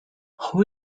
who